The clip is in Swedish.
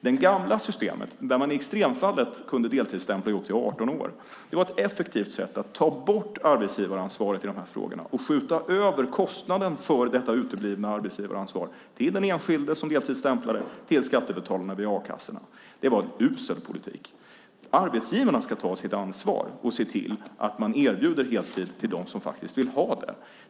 Det gamla systemet, där man i extremfallet kunde deltidsstämpla i upp till 18 år, var ett effektivt sätt att ta bort arbetsgivaransvaret i de här frågorna och skjuta över kostnaden för detta uteblivna arbetsgivaransvar till den enskilde som deltidsstämplare och till skattebetalarna via a-kassorna. Det var en usel politik. Arbetsgivarna ska ta sitt ansvar och se till att erbjuda heltid till dem som vill ha det.